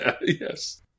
yes